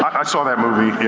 i saw that movie, yeah.